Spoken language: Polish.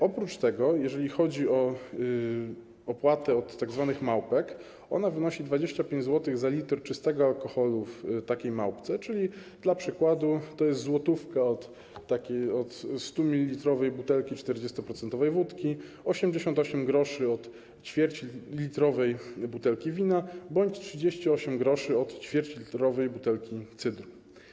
Oprócz tego, jeżeli chodzi o opłatę od tzw. małpek, to ona wynosi 25 zł za litr czystego alkoholu w małpce, czyli dla przykładu to jest złotówka od 100-mililitrowej butelki 40-procentowej wódki, 88 gr od ćwierćlitrowej butelki wina bądź 38 gr od ćwierćlitrowej butelki cydru.